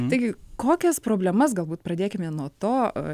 taigi kokias problemas galbūt pradėkime nuo to